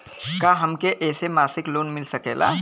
का हमके ऐसे मासिक लोन मिल सकेला?